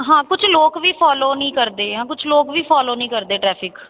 ਹਾਂ ਕੁਝ ਲੋਕ ਵੀ ਫੋਲੋ ਨਹੀਂ ਕਰਦੇ ਜਾਂ ਕੁਝ ਲੋਕ ਵੀ ਫੋਲੋ ਨਹੀਂ ਕਰਦੇ ਟਰੈਫਿਕ